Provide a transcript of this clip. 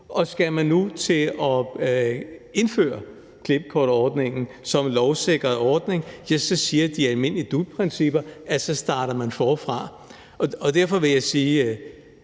Skal man nu til at indføre klippekortordningen som en lovsikret ordning, siger de almindelige dut-principper, at så starter man forfra. Derfor vil jeg sige,